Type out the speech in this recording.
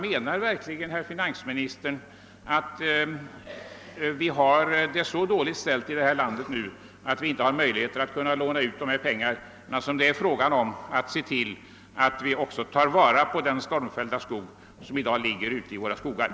Menar verkligen finansministern att vi nu har det så dåligt ställt här i landet att vi inte har möjlighet att låna ut de pengar som det är fråga om för att ta vara på den stormfällda skog som i dag ligger ute i våra marker?